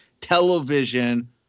television